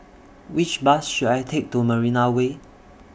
Which Bus should I Take to Marina Way